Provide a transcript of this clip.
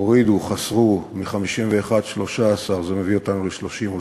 הורידו, חסרו, 13 מ-51, זה מביא אותנו ל-38.